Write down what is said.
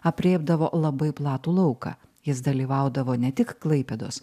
aprėpdavo labai platų lauką jis dalyvaudavo ne tik klaipėdos